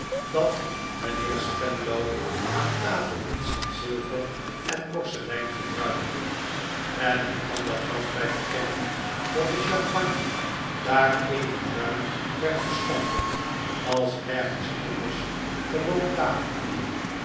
dat mijnheer spenlow aan tafel niets dan zilver en porselein gebruikte en een ander gaf mij te kennen dat de champagne daar even ruim werd geschonken als ergens anders gewobn